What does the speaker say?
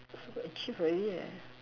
achieve already leh